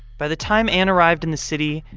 by the time anne arrived in the city,